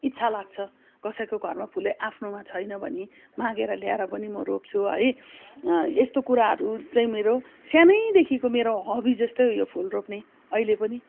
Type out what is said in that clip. इच्छा लाग्छ कसैको घरमा फुले आफ्नोमा छैन भने मागेर ल्याएर पनि म रोप्छु है यस्तो कुराहरू चाहिँ मेरो सानैदेखिको मेरो हबी जस्तै हो यो फुल रोप्ने अहिले पनि